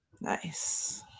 Nice